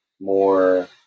more